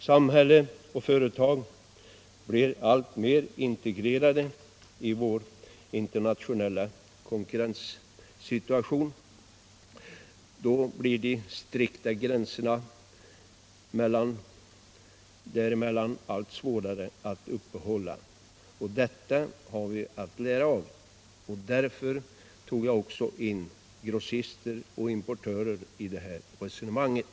Samhälle och företag blir alltmer integrerade. I vår internationella konkurrenssituation blir de strikta gränserna mellan företag och samhälle allt svårare att upprätthålla. Detta har vi att lära av. Därför tog jag också in grossister och importörer i resonemanget.